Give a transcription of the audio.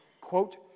quote